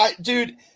Dude